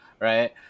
Right